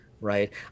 right